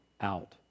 out